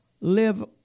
live